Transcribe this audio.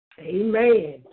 Amen